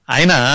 Aina